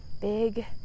Big